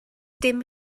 dim